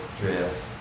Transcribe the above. dress